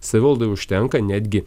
savivaldai užtenka netgi